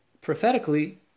prophetically